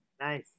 Nice